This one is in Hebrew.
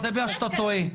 אתה טועה,